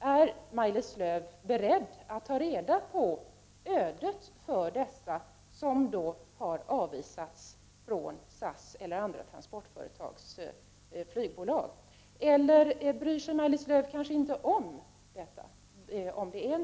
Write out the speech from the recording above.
Är Maj-Lis Lööw beredd att ta reda på vilket öde de har fått som har avvisats från SAS eller från andra transportföretags flygbolag — eller bryr sig Maj-Lis Lööw kanske inte om detta?